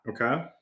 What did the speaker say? Okay